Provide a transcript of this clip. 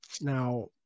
now